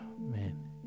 man